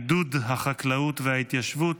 עידוד החקלאות וההתיישבות,